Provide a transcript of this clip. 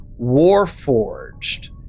Warforged